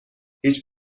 هیچ